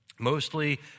Mostly